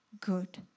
good